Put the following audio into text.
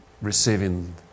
receiving